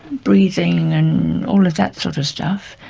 breathing, and all of that sort of stuff,